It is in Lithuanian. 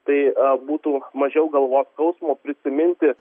tai būtų mažiau galvos skausmo prisiminti